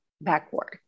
backward